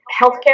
healthcare